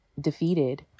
defeated